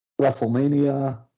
WrestleMania